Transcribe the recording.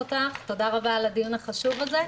טלי תודה רבה על הדיון החשוב הזה.